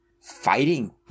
Fighting